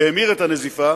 שהמיר את הנזיפה,